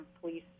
police